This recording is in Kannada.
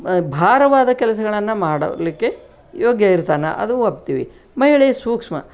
ಭಾರವಾದ ಕೆಲಸಗಳನ್ನು ಮಾಡಲಿಕ್ಕೆ ಯೋಗ್ಯ ಇರ್ತಾನೆ ಅದು ಒಪ್ತೀವಿ ಮಹಿಳೆ ಸೂಕ್ಷ್ಮ